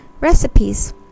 recipes